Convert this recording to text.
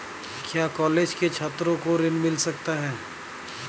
क्या कॉलेज के छात्रो को ऋण मिल सकता है?